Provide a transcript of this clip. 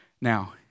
Now